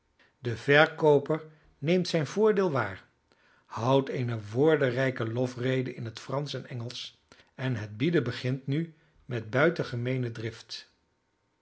de verkooper neemt zijn voordeel waar houdt eene woordenrijke lofrede in het fransch en engelsch en het bieden begint nu met buitengemeene drift